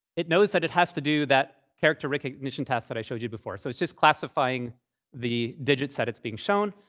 it knows that it has to do that character recognition task that i showed you before. so it's just classifying the digits that it's being shown.